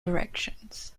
directions